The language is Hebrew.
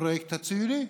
הפרויקט הציוני.